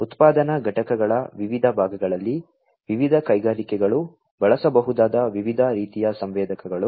ಉತ್ಪಾದನಾ ಘಟಕಗಳ ವಿವಿಧ ಭಾಗಗಳಲ್ಲಿ ವಿವಿಧ ಕೈಗಾರಿಕೆಗಳು ಬಳಸಬಹುದಾದ ವಿವಿಧ ರೀತಿಯ ಸಂವೇದಕಗಳು